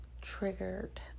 triggered